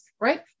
Right